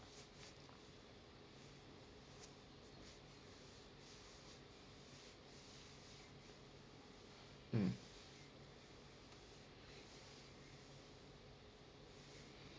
mm